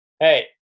Hey